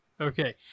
okay